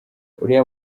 uriya